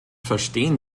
verstehen